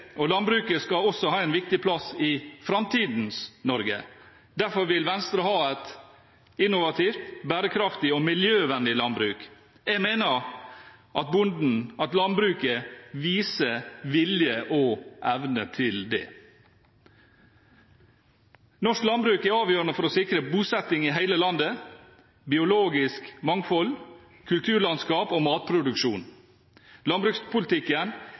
Derfor vil Venstre ha et innovativt, bærekraftig og miljøvennlig landbruk. Jeg mener at landbruket viser vilje og evne til det. Norsk landbruk er avgjørende for å sikre bosetting i hele landet, biologisk mangfold, kulturlandskap og matproduksjon.